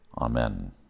Amen